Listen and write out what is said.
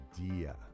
idea